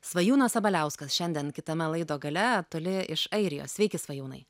svajūnas sabaliauskas šiandien kitame laido gale toli iš airijos sveiki svajūnai